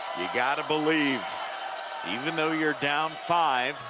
you got to believe even though you're down five,